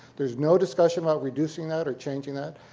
there's no discussion about reducing that or changing that.